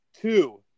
Two